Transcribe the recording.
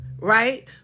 right